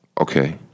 Okay